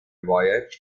voyage